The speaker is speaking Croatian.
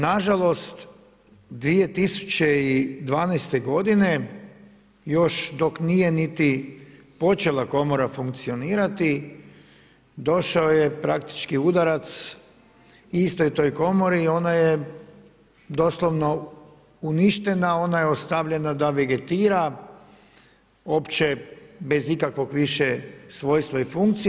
Nažalost, 2012. godine još dok nije niti počela komora funkcionirati došao je praktički udarac istoj toj komori, ona je doslovno uništena, ona je ostavljena da vegetira uopće bez ikakvog više svojstva i funkcije.